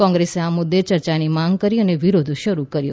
કોંગ્રેસે આ મુદ્દે ચર્ચાની માંગ કરી અને વિરોધ શરૂ કર્યો